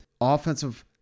offensive